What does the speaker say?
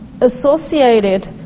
associated